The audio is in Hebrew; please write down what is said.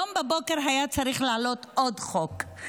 היום בבוקר היה צריך לעלות עוד חוק.